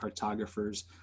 cartographers